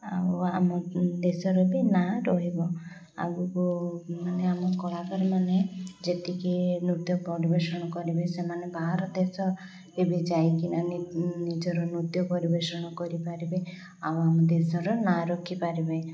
ଆଉ ଆମ ଦେଶରେ ବି ନାଁ ରହିବ ଆଗକୁ ମାନେ ଆମ କଳାକାରମାନେ ଯେତିକି ନୃତ୍ୟ ପରିବେଷଣ କରିବେ ସେମାନେ ବାହାର ଦେଶରେ ବି ଯାଇକିନା ନିଜର ନୃତ୍ୟ ପରିବେଷଣ କରିପାରିବେ ଆଉ ଆମ ଦେଶର ନାଁ ରଖିପାରିବେ